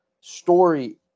story